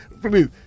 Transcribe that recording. please